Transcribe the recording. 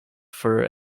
for